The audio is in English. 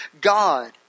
God